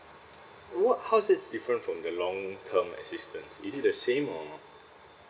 what how is it different from the long term assistance is it the same or